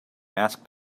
asked